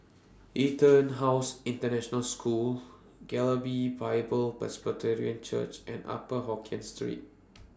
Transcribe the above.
Etonhouse International School Galibee Bible Presbyterian Church and Upper Hokkien Street